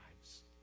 lives